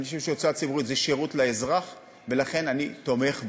אני חושב שהוצאה ציבורית זה שירות לאזרח ולכן אני תומך בה,